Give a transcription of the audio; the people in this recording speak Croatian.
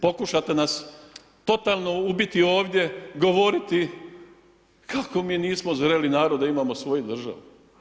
Pokušate nas totalno ubiti ovdje, govoriti kako mi nismo zreli narod da imamo svoju državu.